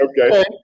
Okay